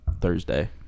thursday